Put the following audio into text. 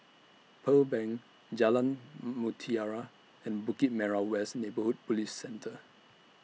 Pearl Bank Jalan Mutiara and Bukit Merah West Neighbourhood Police Centre